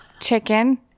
chicken